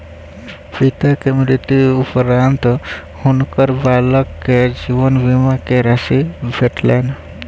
पिता के मृत्यु उपरान्त हुनकर बालक के जीवन बीमा के राशि भेटलैन